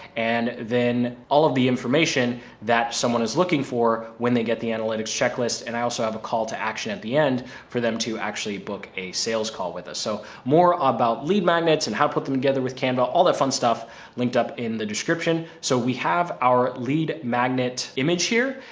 and then all of the information that someone is looking for when they get the analytics checklist. and i also have a call to action at the end for them to actually book a sales call with us. so more about lead magnets and how to put them together with canva, all that fun stuff linked up in the description. so we have our lead magnet image here,